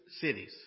cities